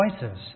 choices